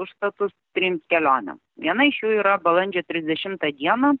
užstatus trims kelionėms viena iš jų yra balandžio trisdešimtą dieną